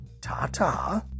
Ta-ta